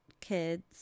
kids